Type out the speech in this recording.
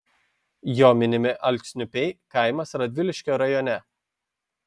jo minimi alksniupiai kaimas radviliškio rajone